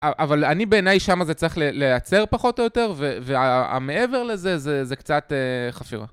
אבל אני בעיניי שמה זה צריך להיעצר פחות או יותר, והמעבר לזה זה קצת חפירה.